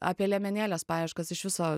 apie liemenėlės paieškas iš viso